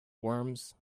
worms